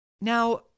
Now